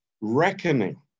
reckoning